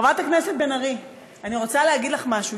חברת הכנסת בן ארי, אני רוצה להגיד לך משהו.